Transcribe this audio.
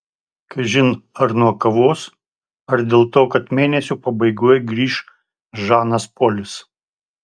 kažin ar nuo kavos ar dėl to kad mėnesio pabaigoje grįš žanas polis